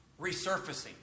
resurfacing